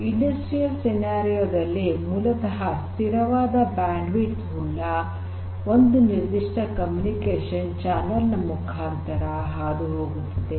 ಕೈಗಾರಿಕಾ ಸನ್ನಿವೇಶದಲ್ಲಿ ಮೂಲತಃ ಸ್ಥಿರವಾದ ಬ್ಯಾಂಡ್ ವಿಡ್ತ್ ಉಳ್ಳ ಒಂದು ನಿರ್ಧಿಷ್ಟ ಕಮ್ಯುನಿಕೇಷನ್ ಚಾನಲ್ ನ ಮುಖಾಂತರ ಹಾದು ಹೋಗುತ್ತದೆ